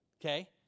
okay